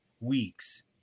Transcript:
weeks